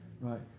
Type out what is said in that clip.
right